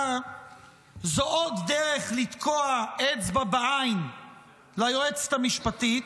זו עוד דרך לתקוע אצבע בעין ליועצת המשפטית,